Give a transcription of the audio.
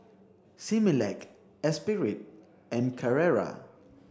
Similac Esprit and Carrera